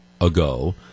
ago